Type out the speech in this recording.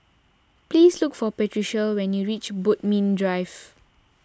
please look for Patricia when you reach Bodmin Drive